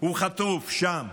הוא חטוף שם.